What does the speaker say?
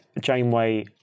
Janeway